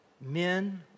Men